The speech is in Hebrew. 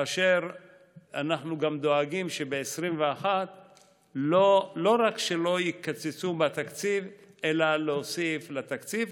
ואנחנו גם דואגים שב-2021 לא רק שלא יקצצו בתקציב אלא נוסיף לתקציב.